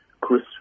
Chris